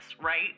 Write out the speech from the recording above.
right